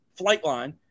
Flightline